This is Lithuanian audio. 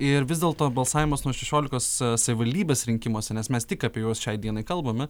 ir vis dėlto balsavimas nuo šešiolikos savivaldybės rinkimuose nes mes tik apie juos šiai dienai kalbame